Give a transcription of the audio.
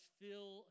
fill